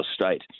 state